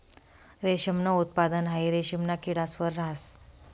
रेशमनं उत्पादन हाई रेशिमना किडास वर रहास